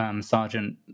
Sergeant